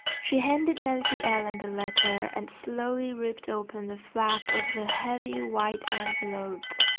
she handed nancy ellen the letter and slowly ripped open the flap of the heavy white envelope.